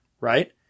Right